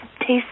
taste